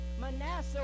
Manasseh